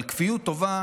אבל כפיות טובה